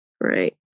right